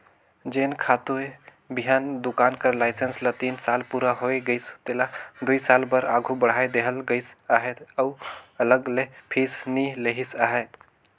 जेन खातूए बीहन दोकान कर लाइसेंस ल तीन साल पूरा होए गइस तेला दुई साल बर आघु बढ़ाए देहल गइस अहे अउ अलग ले फीस नी लेहिस अहे